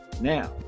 Now